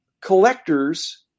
collectors